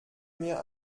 mir